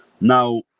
Now